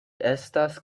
estas